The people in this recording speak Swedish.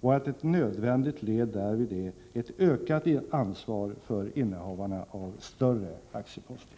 och att ett nödvändigt led därvid är ett ökat ansvar för innehavarna av större aktieposter.